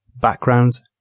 backgrounds